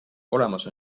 olemas